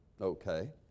Okay